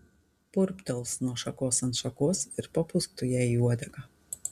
purptels nuo šakos ant šakos ir papūsk tu jai į uodegą